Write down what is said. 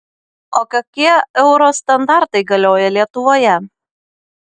o kokie euro standartai galioja lietuvoje